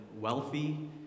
wealthy